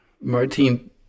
Martin